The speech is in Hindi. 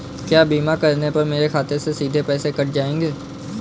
क्या बीमा करने पर मेरे खाते से सीधे पैसे कट जाएंगे?